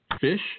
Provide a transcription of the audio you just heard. Fish